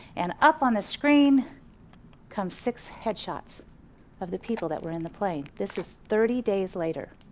and up on the screen comes six head shots of the people that were in the plane. this is thirty days later.